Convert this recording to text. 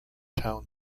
town